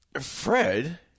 Fred